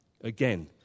Again